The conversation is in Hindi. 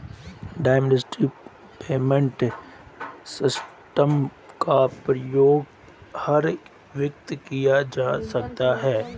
इमीडिएट पेमेंट सिस्टम का प्रयोग हर वक्त किया जा सकता है